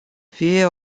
fie